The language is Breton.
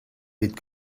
bet